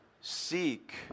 seek